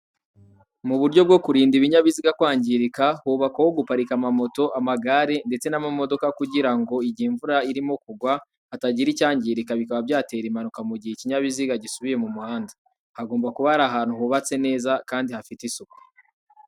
Mu buryo bwo kurinda ibinyabiziga kwangirika, hubakwa aho guparika amamoto, amagare ndetse n'amamodoka kugira ngo mu gihe imvura irimo kugwa hatagira icyangirika bikaba byatera impanuka mu gihe ikinyabiziga gisubiye mu muhanda. Hagomba kuba ari ahantu hubatse neza kandi hafite isuku.